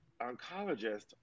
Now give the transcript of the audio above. Oncologist